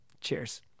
Cheers